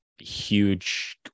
huge